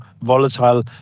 volatile